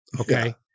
Okay